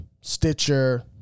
Stitcher